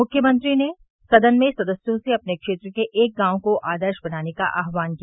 मुख्यमंत्री ने सदन में सदस्यों से अपने क्षेत्र के एक गांव को आदर्श बनाने का आह्वान किया